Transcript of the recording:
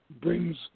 brings